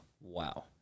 Wow